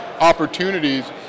opportunities